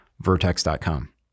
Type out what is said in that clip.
vertex.com